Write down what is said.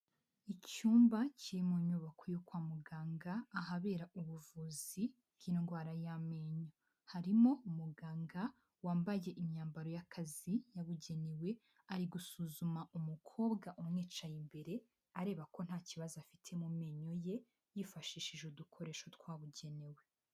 Icyumba kiri mu nyubako yo kwa muganga ahabera ubuvuzi bw'indwara y'amenyo. Harimo umuganga wambaye imyambaro y'akazi yabugenewe, ari gusuzuma umukobwa umwicaye imbere, areba ko nta kibazo afite mu menyo ye, yifashishije udukoresho twabugenewe.